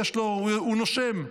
הוא נושם,